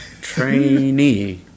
Trainee